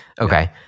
Okay